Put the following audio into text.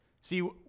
See